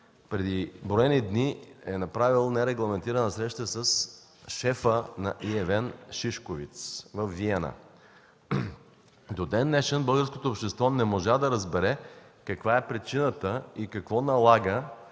преди броени дни е направил нерегламентирана среща с шефа на ЕВН Шишковиц във Виена. До ден днешен българското общество не можа да разбере каква е причината и какво налага